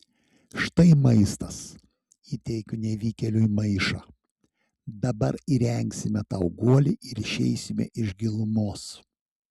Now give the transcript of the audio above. štai maistas įteikiu nevykėliui maišą dabar įrengsime tau guolį ir išeisime iš gilumos